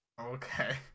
Okay